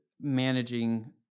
managing